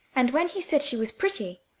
and when he said she was pretty,